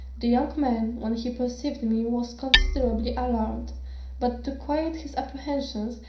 the young man, when he perceived me was considerably alarmed but to quiet his apprehensions,